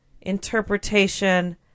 interpretation